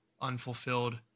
unfulfilled